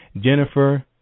Jennifer